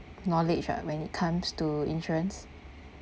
knowledge ah when it comes to insurance